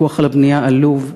הפיקוח על הבנייה עלוב,